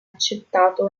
accettato